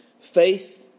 Faith